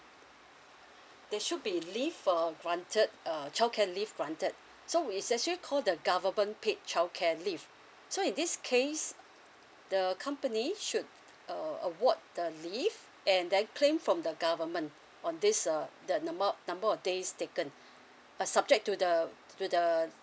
they should be leave for granted uh child care leave granted so it's actually called the government paid child care leave so in this case the company should uh award the leave and then claim from the government on this uh the number number of days taken but subject to the to the